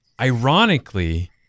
ironically